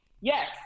Yes